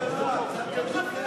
קצת גדלות